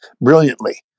brilliantly